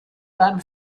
beim